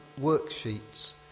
worksheets